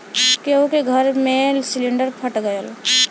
केहु के घर मे सिलिन्डर फट गयल